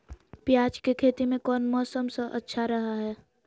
प्याज के खेती में कौन मौसम अच्छा रहा हय?